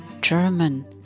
German